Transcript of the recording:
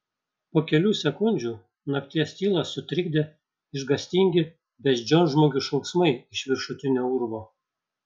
po kelių sekundžių nakties tylą sutrikdė išgąstingi beždžionžmogių šauksmai iš viršutinio urvo